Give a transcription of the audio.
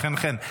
חן חן.